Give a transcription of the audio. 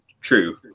True